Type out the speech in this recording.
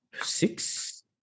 six